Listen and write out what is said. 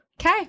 Okay